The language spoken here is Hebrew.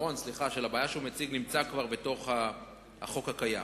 הפתרון של הבעיה שהוא מציג נמצא כבר בתוך החוק הקיים,